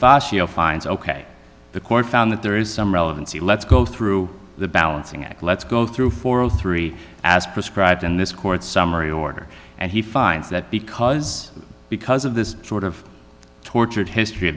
know finds ok the court found that there is some relevancy let's go through the balancing act let's go through four or three as prescribed in this court summary order and he finds that because because of this sort of tortured history